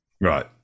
Right